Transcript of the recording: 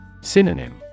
Synonym